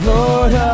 Lord